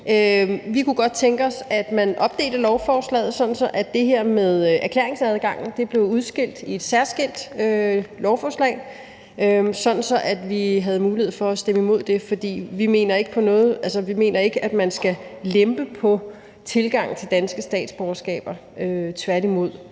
Vi kunne godt tænke os, at man opdelte lovforslaget, sådan at det her med erklæringsadgangen blev udskilt i et særskilt lovforslag, sådan at vi havde mulighed for at stemme imod det. For vi mener ikke, at man skal lempe på tilgangen til danske statsborgerskaber – tværtimod.